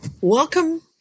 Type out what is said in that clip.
Welcome